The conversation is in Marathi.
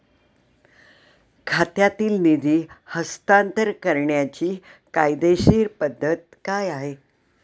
खात्यातील निधी हस्तांतर करण्याची कायदेशीर पद्धत काय आहे?